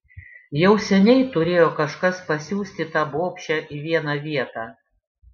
jau seniai turėjo kažkas pasiųsti tą bobšę į vieną vietą